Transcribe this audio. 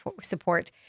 support